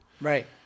Right